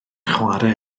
chware